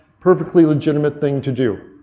perfectly legitimate thing to do.